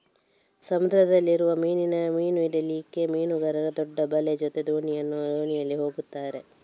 ಸಮುದ್ರದಲ್ಲಿ ಇರುವ ಮೀನು ಹಿಡೀಲಿಕ್ಕೆ ಮೀನುಗಾರರು ದೊಡ್ಡ ಬಲೆ ಜೊತೆ ದೋಣಿಯಲ್ಲಿ ಹೋಗ್ತಾರೆ